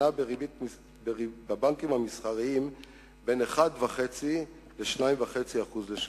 שנעה בבנקים המסחריים בין 1.5% ל-2.5% לשנה.